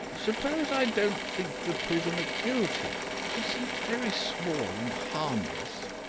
suppose i don't think the prisoner guilty? she seems very small, and harmless.